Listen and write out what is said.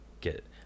get